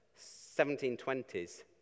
1720s